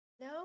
No